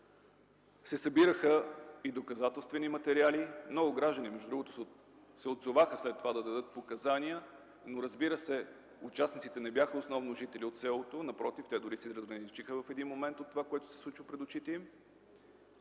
събираха и доказателствени материали. Много граждани се отзоваха след това да дадат показания, но разбира се, участниците не бяха основно жители от селото. Напротив, те дори се разграничиха в един момент от това, което се случва пред очите им.